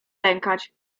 lękać